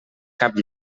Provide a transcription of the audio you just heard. cap